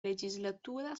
legislatura